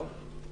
לא?